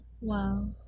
Wow